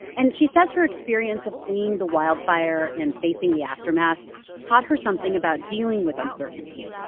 and she says her experience of fleeing the wildfire and facing the aftermath taught her something about dealing with uncertainty,